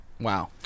Wow